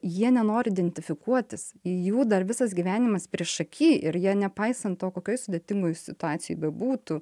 jie nenori identifikuotis į jų dar visas gyvenimas priešaky ir jie nepaisant to kokioj sudėtingoj situacijoj bebūtų